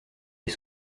les